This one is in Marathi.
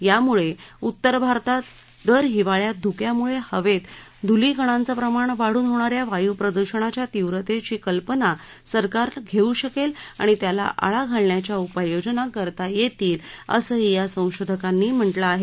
यामुळे उत्तर भारतात दर हिवाळ्यात धुक्यामुळे हवेत धुली कणांचं प्रमाण वाढून होणा या वायुप्रद्षणाच्या तीव्रतेची कल्पना सरकारला घेऊ शकेल आणि त्याला आळा घालण्याच्या उपाययोजना करता येतील असंही या संशोधकांनी म्हा मिं आहे